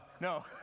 no